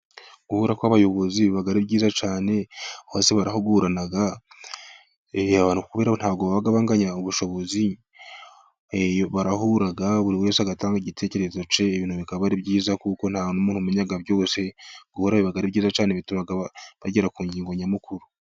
Guhu kw'abayobozi bib ari byiza cyane ,bose barahugurana, ntabwo baba banganya ubushobozi, barahura buri wese agatanga igitekerezo cye, ibintu bikaba ari byiza kuko ntamuntu umenya byose, guhura biba ari byiza cyane, bituma bagera ku ngingo nyamukuru.